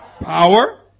power